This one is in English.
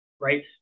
right